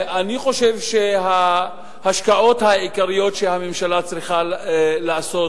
אני חושב שההשקעות העיקריות שהממשלה צריכה לעשות